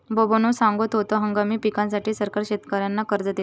बबनो सांगा होतो, हंगामी पिकांसाठी सरकार शेतकऱ्यांना कर्ज देता